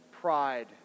pride